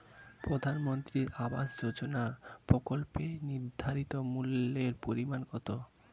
প্রধানমন্ত্রী আবাস যোজনার প্রকল্পের নির্ধারিত মূল্যে পরিমাণ কত?